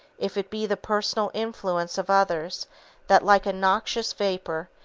if it be the personal influence of others that, like a noxious vapor,